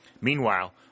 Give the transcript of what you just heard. Meanwhile